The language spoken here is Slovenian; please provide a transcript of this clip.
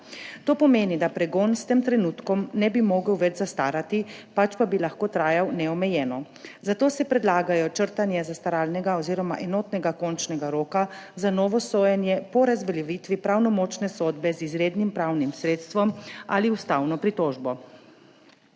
To pomeni, da pregon s tem trenutkom ne bi mogel več zastarati, pač pa bi lahko trajal neomejeno, zato se predlagajo črtanje zastaralnega oziroma enotnega končnega roka za novo sojenje po razveljavitvi pravnomočne sodbe z izrednim pravnim sredstvom ali ustavno pritožbo.